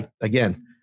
Again